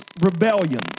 rebellion